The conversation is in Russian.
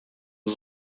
вас